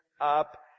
up